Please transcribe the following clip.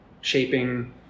shaping